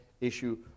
issue